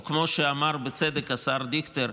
או כמו שאמר בצדק השר דיכטר: